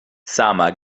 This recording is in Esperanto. sama